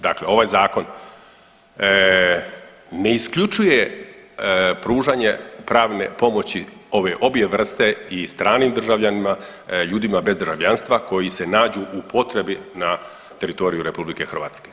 Dakle, ovaj zakon ne isključuje pružanje pravne pomoći obje vrste i stranim državljanima, ljudima bez državljanstva koji se nađu u potrebi na teritoriju RH.